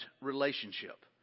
relationship